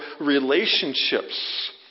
relationships